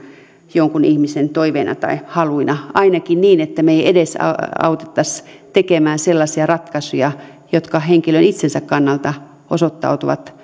jonkun ihmisen toiveena tai haluna ainakin niin että me emme edesauttaisi tekemään sellaisia ratkaisuja jotka henkilön itsensä kannalta osoittautuvat